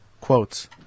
quotes